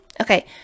Okay